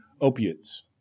opiates